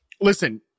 listen